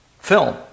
film